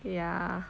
ya